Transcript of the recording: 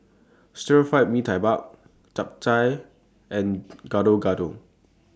Stir Fry Mee Tai Mak Chap Chai and Gado Gado